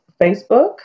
facebook